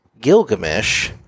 Gilgamesh